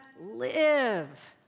live